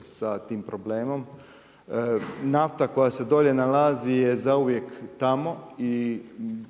sa tim problemom. Nafta koja se dolje nalazi je zauvijek tamo i